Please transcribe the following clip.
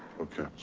okay,